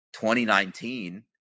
2019